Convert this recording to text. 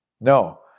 No